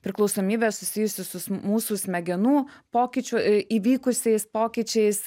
priklausomybė susijusi su s mūsų smegenų pokyčių e įvykusiais pokyčiais